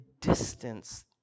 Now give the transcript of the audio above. distance